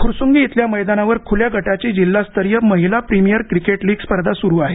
फुरसुंगी इथल्या मैदानावर खुल्या गटाची जिल्हास्तरीय महिला प्रीमियर क्रिकेट लीग स्पर्धा सुरू आहे